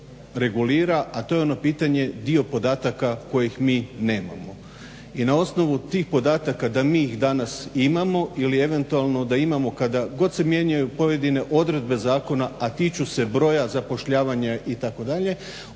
a to je ono pitanje dio podataka kojih mi nemamo. I na osnovu tih podataka, da mi ih danas imamo ili eventualno da imamo kad god se mijenjaju pojedine odredbe zakona, a tiču se broja zapošljavanja itd.